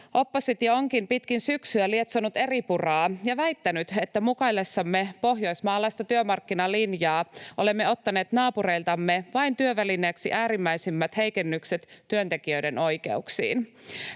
Oppositio onkin pitkin syksyä lietsonut eripuraa ja väittänyt, että mukaillessamme pohjoismaalaista työmarkkinalinjaa olemme ottaneet naapureiltamme työvälineiksi vain äärimmäisimmät heikennykset työntekijöiden oikeuksiin.